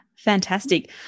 Fantastic